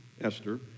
Esther